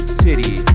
titty